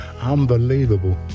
Unbelievable